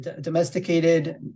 domesticated